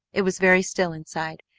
it was very still inside,